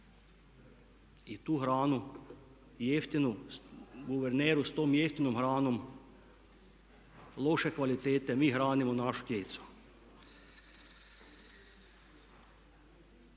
i tu hranu jeftinu, guverneru s tom jeftinom hranom loše kvalitete mi hranimo našu djecu.